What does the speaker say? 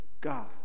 God